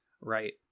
right